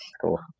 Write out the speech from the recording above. Cool